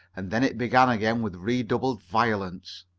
and then it began again with redoubled violence.